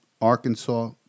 Arkansas